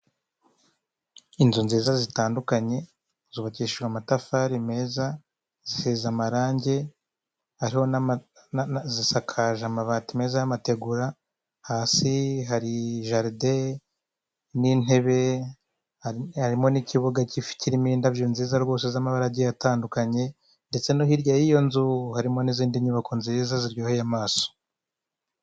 Inzu nziza zitandukanye, zubakishijwe amatafari meza, zisize amarange, ariho n'ama zisakaje amabati meza y'amategura, hasi hari jaride n'intebe harimo n'ikibuga kifi kirimo indabyo nziza rwose z'amabara agiye atandukanye, ndetse no hirya y'iyo nzu harimo n'izindi nyubako nziza ziryoheye amaso.